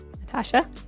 Natasha